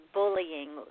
bullying